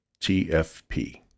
TFP